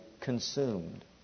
consumed